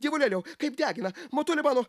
dievulėliau kaip degina motule mano